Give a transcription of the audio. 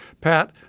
Pat